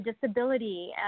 disability